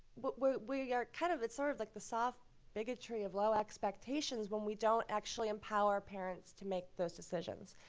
but we we are kind of it's sort of like the soft bigotry of low expectations when we don't actually empower parents to make those decisions.